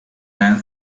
man